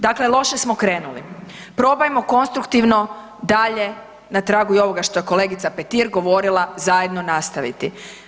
Dakle, loše smo krenuli, probajmo konstruktivno dalje na tragu i ovoga što je i kolegica Petir govorila zajedno nastaviti.